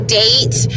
date